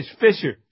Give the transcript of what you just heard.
Fisher